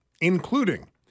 including